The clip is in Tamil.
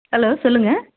ஹலோ சொல்லுங்கள்